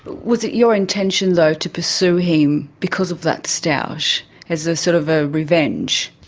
was it your intention, though, to pursue him because of that stoush, as a sort of a revenge?